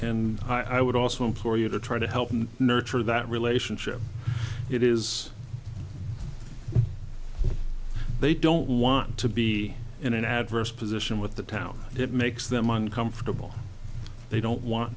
i would also implore you to try to help nurture that relationship it is they don't want to be in an adverse position with the town it makes them uncomfortable they don't want